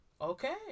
Okay